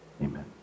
Amen